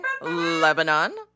lebanon